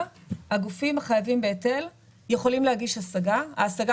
של הגורם המשלם זה להגיש ערעור לבית משפט.